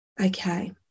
Okay